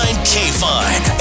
K-Fine